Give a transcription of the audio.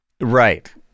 Right